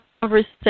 conversation